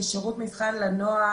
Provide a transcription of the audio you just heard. כשירות מבחן לנוער,